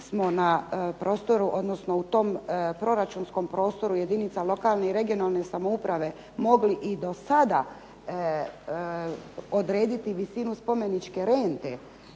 u tom proračunskom prostoru jedinica lokalne i regionalne samouprave mogli i do sada odrediti visinu spomeničke rente,